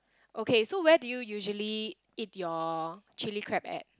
okay so where do you usually eat your chilli crab at